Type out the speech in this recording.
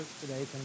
today